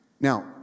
Now